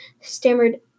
stammered